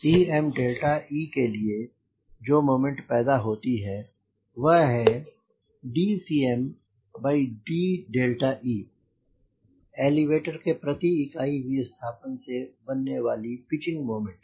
Cme के लिए जो मोमेंट पैदा होती है वह है dCmde एलीवेटर के प्रति इकाई विस्थापन से से बनने वाली पिचिंग मोमेंट